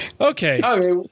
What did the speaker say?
Okay